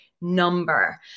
number